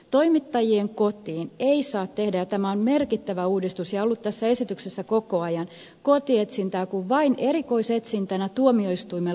toimittajien kotiin ei saa tehdä ja tämä on merkittävä uudistus ja ollut tässä esityksessä koko ajan kotietsintää muuten kuin vain erikoisetsintänä tuomioistuimen luvalla